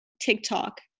TikTok